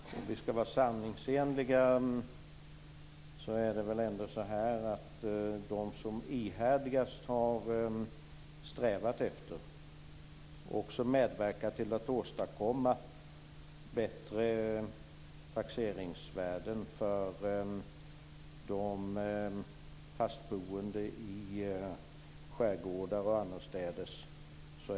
Herr talman! Om vi skall vara sanningsenliga, så är det Centerpartiet som ihärdigast har strävat efter och medverkat till att åstadkomma bättre taxeringsvärden för de fastboende i skärgårdar och annorstädes.